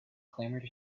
clamored